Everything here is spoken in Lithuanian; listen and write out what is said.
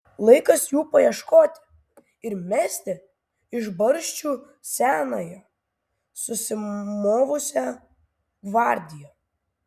laikas jų paieškoti ir mesti iš barščių senąją susimovusią gvardiją